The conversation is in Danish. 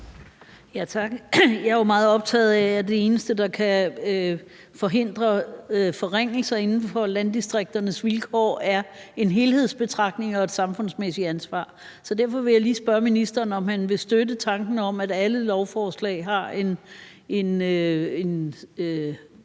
Jeg er jo meget optaget af, at det eneste, der kan forhindre forringelser inden for landdistrikternes vilkår, er en helhedsbetragtning og et samfundsmæssigt ansvar. Så derfor vil jeg lige spørge ministeren, om han vil støtte tanken om, at alle lovforslag har en